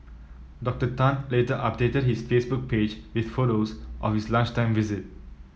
Doctor Tan later updated his Facebook page with photos of his lunchtime visit